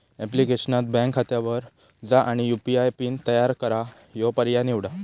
ऍप्लिकेशनात बँक खात्यावर जा आणि यू.पी.आय पिन तयार करा ह्यो पर्याय निवडा